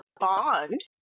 bond